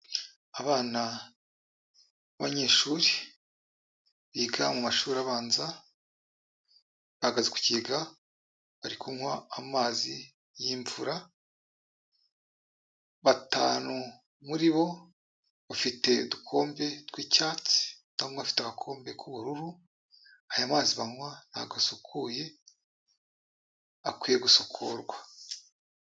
Abana biabanyeshuri biga mu mashuri abanza bahagaze ku kigega bari kunywa amazi y'imvura, batanu muri bo bafite udukombe tw'icyatsi umwana umwe afite agakombe k'ubururu, aya mazi banywa ntabwo asukuye, akwiye gusukurwa.